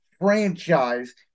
franchise